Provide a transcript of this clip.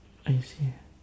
I see